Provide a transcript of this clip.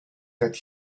that